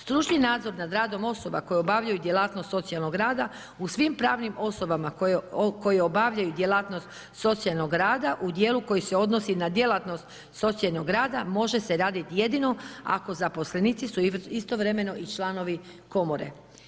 Stručni nadzor nad radom osoba koje obavljaju djelatnost socijalnog rada, u svim pravnim osobama koje obavljaju djelatnost socijalnog rada, u djelu koji se odnosi na djelatnost socijalnog rada, može se radit jedino ako zaposlenici su istovremeno i članovi komore.